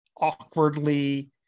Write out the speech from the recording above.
awkwardly